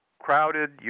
crowded